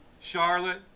Charlotte